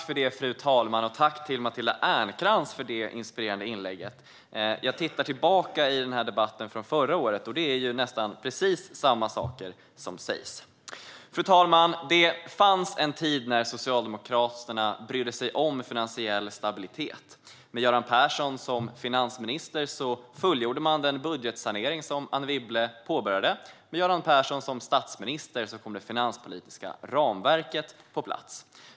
Fru talman! Tack till Matilda Ernkrans för detta inspirerande inlägg! Jag tittar tillbaka i protokollet från debatten förra året och märker att det är nästan precis samma saker som sägs. Fru talman! Det fanns en tid när Socialdemokraterna brydde sig om finansiell stabilitet. Med Göran Persson som finansminister fullgjorde man den budgetsanering som Anne Wibble påbörjade, och med Göran Persson som statsminister kom det finanspolitiska ramverket på plats.